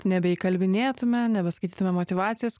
nebeįkalbinėtume nebeskaitytume motyvacijos